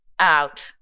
out